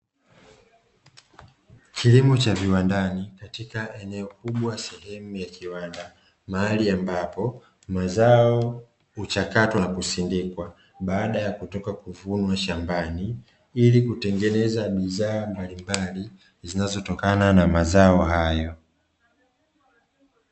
Kilimo cha viwandani katika eneo kubwa sehemu ya kiwanda mahali ambako mazao huchakatwa na kusindikwa, baada ya kutoka kuvunwa shambani ili kutengeneza bidhaa mbalimbali zinazo tokana na mazao hayo